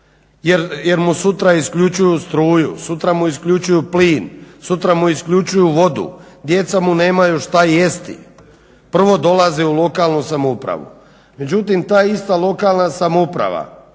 jer mu sutra isključuju struju, sutra mu isključuju plin, sutra mu isključuju vodu, djeca mu nemaju šta jesti. Prvo dolaze u lokalnu samoupravu. Međutim ta ista lokalna samouprava,